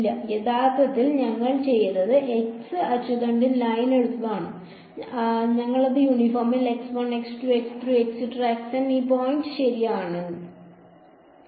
ഇല്ല യഥാർത്ഥത്തിൽ ഞങ്ങൾ ചെയ്തത് x അച്ചുതണ്ടിൽ ലൈൻ എടുത്തതാണ് ഞങ്ങൾ അത് യൂണിഫോമിൽ ഈ പോയിന്റ് ശരിയാക്കി